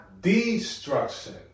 Destruction